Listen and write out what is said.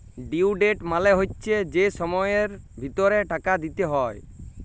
due date মালে হচ্যে যে সময়ের ভিতরে টাকা দিতে হ্যয়